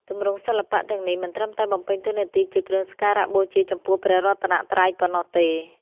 ទម្រង់សិល្បៈទាំងនេះមិនត្រឹមតែបំពេញតួនាទីជាគ្រឿងសក្ការបូជាចំពោះព្រះរតនត្រ័យប៉ុណ្ណោះទេ